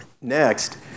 Next